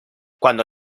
cuando